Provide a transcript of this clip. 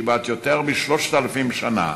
שהיא בת יותר מ-3,000 שנה,